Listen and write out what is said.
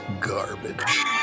garbage